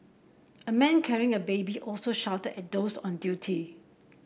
a man carrying a baby also shouted at those on duty